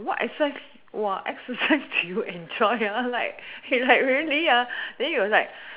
what exercise what exercise do you enjoy ah like like really ah then he was like